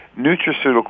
nutraceutical